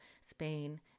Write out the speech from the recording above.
Spain